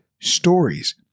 stories